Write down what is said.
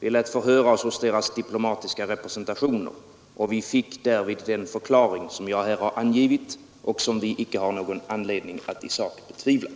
Vi lät förhöra oss hos deras diplomatiska Nr 73 representationer, och vi fick därvid den förklaring som jag här har angivit Onsdagen den och som vi icke har någon anledning att i sak betvivla.